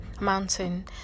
mountain